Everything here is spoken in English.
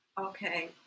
Okay